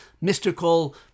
mystical